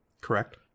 Correct